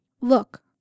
Look